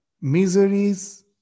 miseries